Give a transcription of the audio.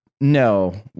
No